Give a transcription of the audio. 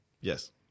Yes